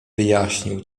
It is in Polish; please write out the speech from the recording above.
wyjaśnił